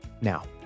Now